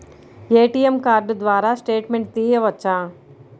ATM card ద్వారా statement తీయవచ్చా?